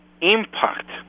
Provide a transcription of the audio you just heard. impact